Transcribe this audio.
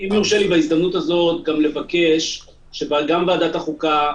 אם יורשה לי בהזדמנות הזאת גם לבקש שוועדת החוקה,